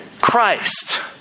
Christ